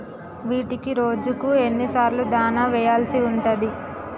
వీటికి రోజుకు ఎన్ని సార్లు దాణా వెయ్యాల్సి ఉంటది?